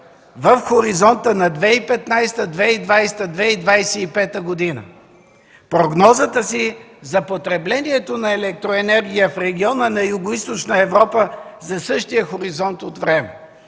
в хоризонта на 2015, 2020, 2025 г. 2. Прогнозата си за потреблението на електроенергия в региона на Югоизточна Европа за същия хоризонт от време.